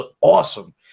awesome